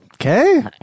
okay